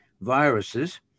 viruses